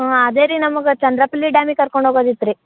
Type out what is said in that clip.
ಹಾಂ ಅದೇ ರೀ ನಮ್ಗ ಚಂದ್ರಪಿಲ್ಲಿ ಡ್ಯಾಮಿಗೆ ಕರ್ಕೊಂಡು ಹೊಗೋದಿತ್ತು ರೀ